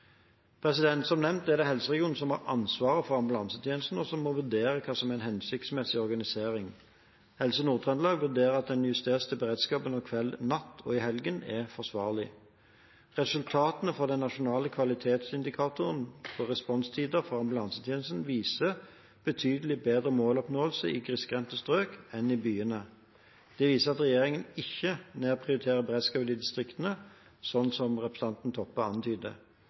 Som nevnt er det helseregionene som har ansvaret for ambulansetjenesten, og som må vurdere hva som er en hensiktsmessig organisering. Helse Nord-Trøndelag vurderer at den justerte beredskapen om kveld/natt og i helger er forsvarlig. Resultatene for den nasjonale kvalitetsindikatoren responstider for ambulansetjenesten viser betydelig bedre måloppnåelse i grisgrendte strøk enn i byene. Det viser at regjeringen ikke nedprioriterer beredskapen i distriktene, slik representanten Toppe antyder.